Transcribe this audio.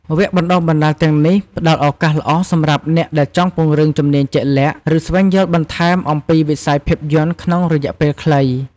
វគ្គបណ្ដុះបណ្ដាលទាំងនេះផ្ដល់ឱកាសល្អសម្រាប់អ្នកដែលចង់ពង្រឹងជំនាញជាក់លាក់ ឬស្វែងយល់បន្ថែមអំពីវិស័យភាពយន្តក្នុងរយៈពេលខ្លី។